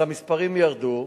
אז המספרים ירדו,